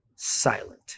silent